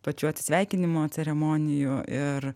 pačių atsisveikinimo ceremonijų ir